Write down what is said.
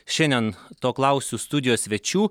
šiandien to klausiu studijos svečių